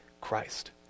Christ